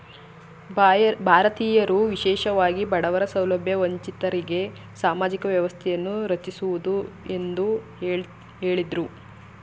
ಭಾರತೀಯರು ವಿಶೇಷವಾಗಿ ಬಡವರ ಸೌಲಭ್ಯ ವಂಚಿತರಿಗೆ ಸಾಮಾಜಿಕ ವ್ಯವಸ್ಥೆಯನ್ನು ರಚಿಸುವುದು ಎಂದು ಹೇಳಿದ್ರು